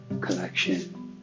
collection